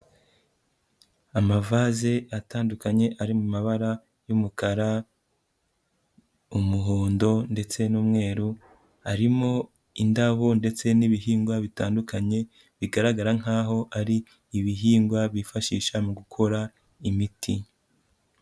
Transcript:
Amavase atandukanye ari mu mabara y'umukara, umuhondo ndetse n'umweru, arimo indabo ndetse n'ibihingwa bitandukanye bigaragara nk'aho ari ibihingwa bifashisha mu gukora imiti.